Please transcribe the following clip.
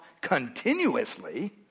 continuously